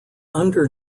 under